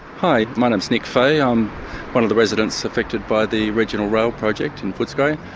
hi, my name's nick fahey, i'm one of the residents affected by the regional rail project in footscray,